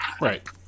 Right